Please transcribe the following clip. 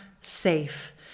safe